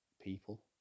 people